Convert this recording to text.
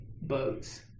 boats